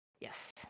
Yes